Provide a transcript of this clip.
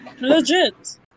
Legit